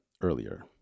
earlier